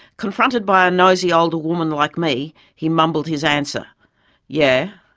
confronted by a nosy older woman like me, he mumbled his answer yeah.